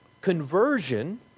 Conversion